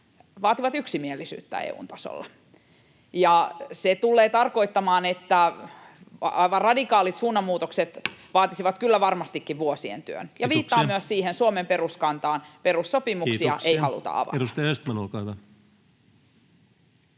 vaativat yksimielisyyttä EU:n tasolla. Se tullee tarkoittamaan, että aivan radikaalit suunnanmuutokset vaatisivat kyllä varmastikin vuosien työn. Viittaan myös siihen Suomen peruskantaan: perussopimuksia [Puhemies: